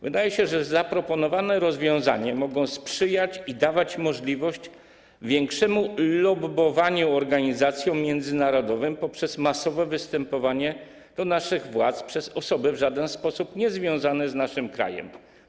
Wydaje się, że zaproponowane rozwiązania mogą sprzyjać i dawać możliwość większego lobbowania organizacjom międzynarodowym poprzez masowe występowanie do naszych władz przez osoby w żaden sposób niezwiązane z naszym krajem.